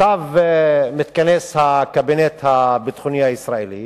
עכשיו מתכנס הקבינט הביטחוני הישראלי